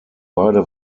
beide